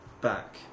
back